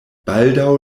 baldaŭ